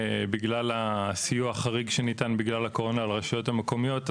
בגלל הסיוע החריג שניתן בגלל הקורונה לרשויות המקומיות,